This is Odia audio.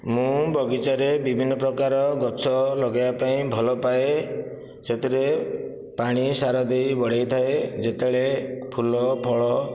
ମୁଁ ବଗିଚାରେ ବିଭିନ୍ନ ପ୍ରକାର ଗଛ ଲଗାଇବା ପାଇଁ ଭଲ ପାଏ ସେଥିରେ ପାଣି ସାର ଦେଇ ବଢ଼ାଇଥାଏ ଯେତେବେଳେ ଫୁଲ ଫଳ